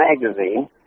magazine